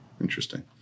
Interesting